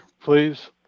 please